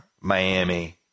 Miami